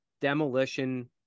demolition